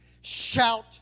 shout